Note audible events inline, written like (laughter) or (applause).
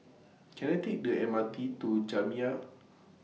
(noise) Can I Take The M R T to Jamiyah